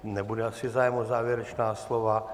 Nebude asi zájem o závěrečná slova.